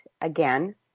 again